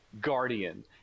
guardian